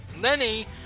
Lenny